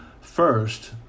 First